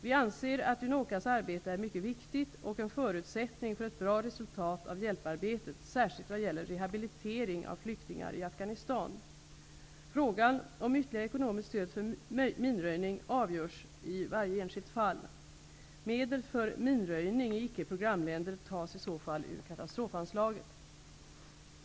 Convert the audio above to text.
Vi anser att Unocas arbete är mycket viktigt och en förutsättning för ett bra resultat av hjälparbetet särskilt vad gäller rehabilitering av flyktingar i Frågan om ytterligare ekonomiskt stöd för minröjning avgörs i varje enskilt fall. Medel för minröjning i icke-programländer tas i så fall ur katastrofanslaget.